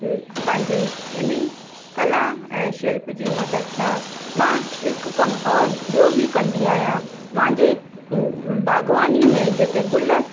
पंहिंजी इन ई कला ऐं शिल्प जी मदद सां मां हिकु कम और ॿियों बि कंदी आहियां मुंहिंजे बागवानी में जेके गुल